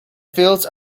fields